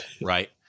right